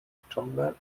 stronger